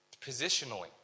Positionally